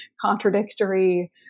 contradictory